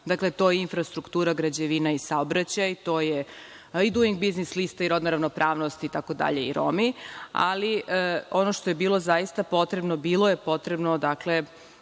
Dakle, to je infrastruktura, građevina i saobraćaj, to je „Aj duing“ biznis lista i rodna ravnopravnost itd. i Romi, ali ono što je bilo zaista potrebno, bilo je potrebno kroz